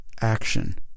action